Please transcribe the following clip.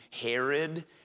Herod